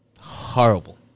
Horrible